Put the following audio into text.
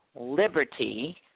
liberty